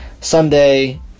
Sunday